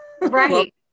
Right